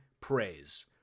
praise